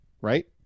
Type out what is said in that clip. right